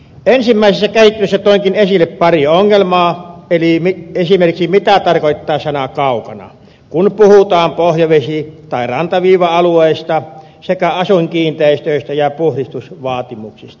ensimmäisessä käsittelyssä toinkin esille pari ongelmaa eli esimerkiksi sen mitä tarkoittaa sana kaukana kun puhutaan pohjavesi tai rantaviiva alueista sekä asuinkiinteistöistä ja puhdistusvaatimuksista